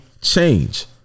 change